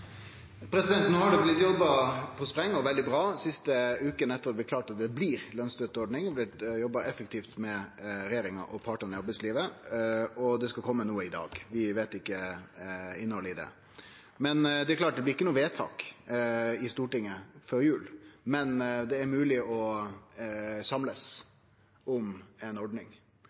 har det blitt jobba på spreng, og veldig bra, dei siste vekene etter at det blei klart at det blir ei lønsstøtteordning. Det har blitt jobba effektivt med regjeringa og partane i arbeidslivet. Det skal kome noko i dag, men vi veit ikkje innhaldet i det. Det er klart at det ikkje blir noko vedtak i Stortinget før jul, men det er mogleg å samlast om ei ordning.